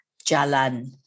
Jalan